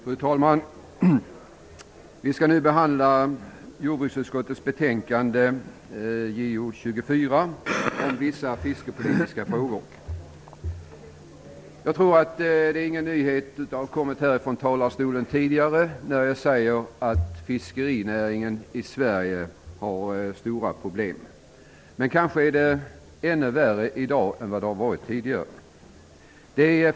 Fru talman! Vi skall nu behandla jordbruksutskottets betänkande JoU24 om vissa fiskeripolitiska frågor. Jag tror att det inte är någon nyhet när jag säger att fiskerinäringen i Sverige har stora problem, det har nog sagts tidigare från denna talarstol. Men det kanske är ännu värre i dag än vad det har varit tidigare.